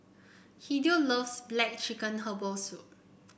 Hideo loves black chicken Herbal Soup